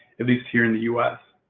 at least here in the us.